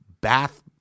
bath